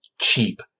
cheap